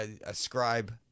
ascribe